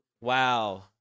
Wow